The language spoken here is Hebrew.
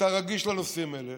אתה רגיש לנושאים האלה,